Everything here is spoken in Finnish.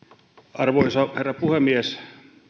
arvoisa herra puhemies